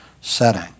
setting